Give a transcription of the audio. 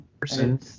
person